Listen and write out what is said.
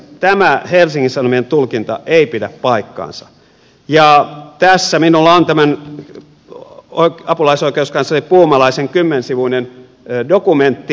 tämä helsingin sanomien tulkinta ei pidä paikkaansa ja tässä minulla on tämä apulaisoikeuskansleri puumalaisen kymmensivuinen dokumentti